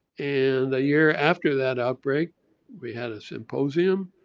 and a year after that outbreak we had a symposium.